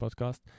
podcast